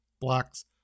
Blocks